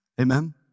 Amen